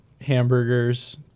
hamburgers